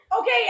okay